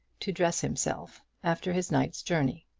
to dress himself after his night's journey.